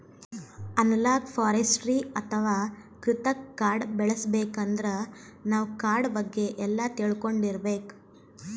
analogue forestry ಅಥವಾ ಕೃತಕ್ ಕಾಡ್ ಬೆಳಸಬೇಕಂದ್ರ ನಾವ್ ಕಾಡ್ ಬಗ್ಗೆ ಎಲ್ಲಾ ತಿಳ್ಕೊಂಡಿರ್ಬೇಕ್